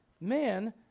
man